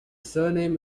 surname